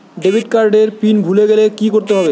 Debit card এর PIN ভুলে গেলে কি করতে হবে?